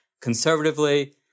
conservatively